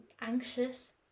anxious